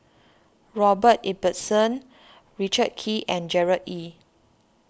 Robert Ibbetson Richard Kee and Gerard Ee